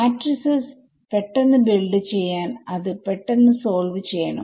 matrices പെട്ടെന്ന് build ചെയ്യാൻ അത് പെട്ടെന്ന് സോൾവ് ചെയ്യണം